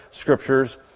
scriptures